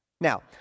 Now